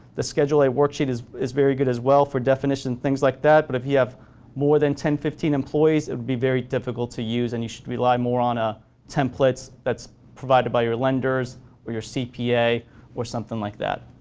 this schedule a worksheet is is very good as well for definitions and things like that, but if you have more than ten or fifteen employees, it would be very difficult to use and you should rely more on ah templates that's provided by your lenders or your cpa or something like that.